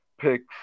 picks